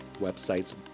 websites